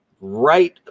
right